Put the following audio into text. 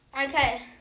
okay